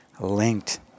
linked